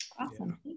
Awesome